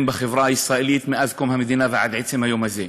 בחברה הישראלית מאז קום המדינה ועד עצם היום הזה.